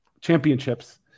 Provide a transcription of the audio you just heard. championships